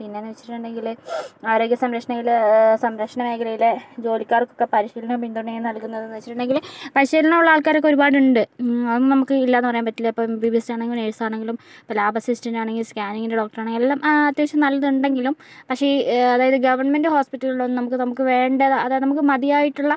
പിന്നെന്ന് വച്ചിട്ടുണ്ടെങ്കില് ആരോഗ്യ സംരക്ഷണയില് സംരക്ഷണ മേഖലയിലെ ജോലിക്കാർക്ക് ഒക്കെ പരിശീലനവും പിന്തുണയും നൽകുന്നത് പിന്നെന്നു വച്ചിട്ടുണ്ടെങ്കില് പരിശീലനം ഉള്ള ആൾക്കാരൊക്കെ ഒരുപാടുണ്ട് അതൊന്നും നമുക്ക് ഇല്ല എന്ന് പറയാൻ പറ്റില്ല ഇപ്പോൾ ബി ബി സി ആണെങ്കിലും നഴ്സ് ആണെങ്കിലും ഇപ്പം ലാബ് അസിസ്റ്റൻറ് ആണെങ്കിലും സ്കാനിങ്ങിൻ്റെ ഡോക്ടർ ആണെങ്കിലും എല്ലാം അത്യാവശ്യം നല്ലതുണ്ടെങ്കിലും പക്ഷേ അതായത് ഗവൺമെൻറ് ഹോസ്പിറ്റലുകളിലൊന്നും നമുക്ക് വേണ്ട അതായത് മതിയായിട്ടുള്ള